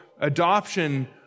adoption